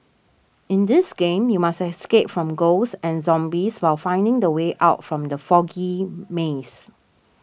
in this game you must escape from ghosts and zombies while finding the way out from the foggy maze